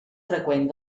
freqüent